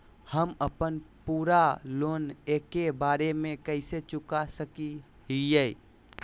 हम अपन पूरा लोन एके बार में कैसे चुका सकई हियई?